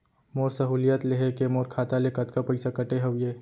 मोर सहुलियत लेहे के मोर खाता ले कतका पइसा कटे हवये?